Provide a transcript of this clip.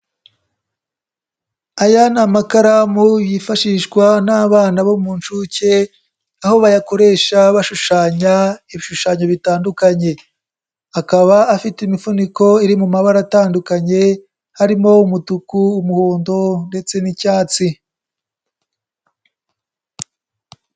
Aya ni amakaramu yifashishwa n'abana bo mu nshuke aho bayakoresha bashushanya ibishushanyo bitandukanye, akaba afite imifuniko iri mu mabara atandukanye harimo umutuku, umuhondo ndetse n'icyatsi.